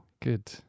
Good